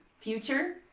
future